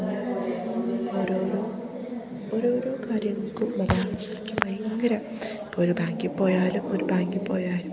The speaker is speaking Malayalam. അപ്പം ഓരോ ഈരോ ഓരോ ഓരോ കാര്യങ്ങൾക്കും മലയാളിക്ക് ഭയങ്കര ഇപ്പം ഒരു ബാങ്കിൽ പോയാലും ഒരു ബാങ്കിൽ പോയാലും